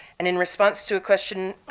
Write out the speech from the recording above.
and in response to a question,